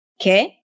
Okay